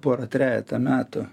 porą trejetą metų